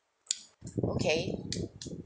okay